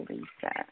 Lisa